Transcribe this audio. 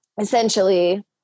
essentially